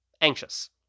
anxious